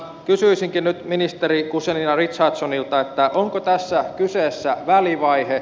kysyisinkin nyt ministeri guzenina richardsonilta että onko tässä kyseessä välivaihe